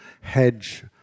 hedge